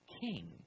king